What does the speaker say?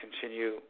continue